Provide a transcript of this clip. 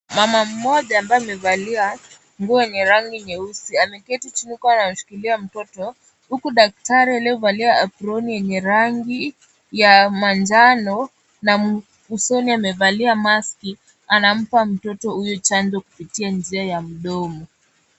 Mama mmoja ambaye amevalia nguo yenye rangi nyeusi ameketi chini huku anashikilia mtoto huku dakatari aliyevalia aproni yenye rangi ya manjano na usoni amevalia maski anampa mtoto huyu chanjo kupitia njia ya mdomo.